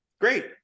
great